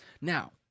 Now